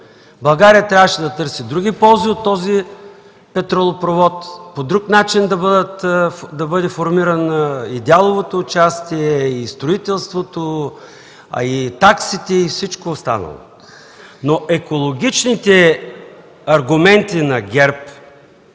България трябваше да търси други ползи от този петролопровод, по друг начин да бъде формирано и дяловото участие, и строителството, и таксите, и всичко останало. Екологичните аргументи на ГЕРБ